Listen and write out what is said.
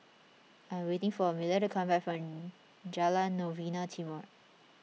I am waiting for Amalia to come back from Jalan Novena Timor